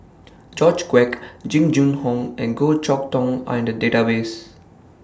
George Quek Jing Jun Hong and Goh Chok Tong Are in The Database